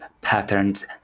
patterns